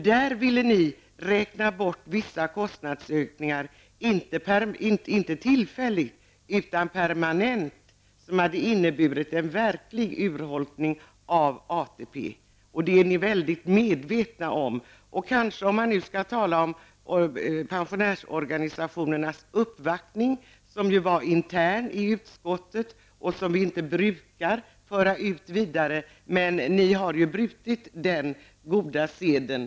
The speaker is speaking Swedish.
Ni ville ju räkna bort vissa kostnadsökningar -- och då inte tillfälligt utan permanent -- som hade inneburit en verklig urholkning av ATP. Och detta är ni fullt medvetna om. Så något om pensionärsorganisationernas uppvaktning, som ju skedde internt i utskottet. Egentligen brukar vi inte föra sådant vidare. Men ni har frångått den goda seden.